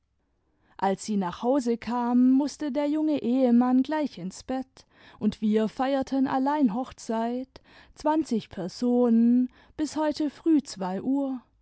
als sie nach hause kamen mußte der junge ehemann gleich ins bett und wir feierten allein hochzeit zwanzig personen bis heute früh zwei uhr